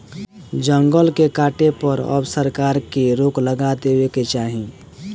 जंगल के काटे पर अब सरकार के रोक लगा देवे के चाही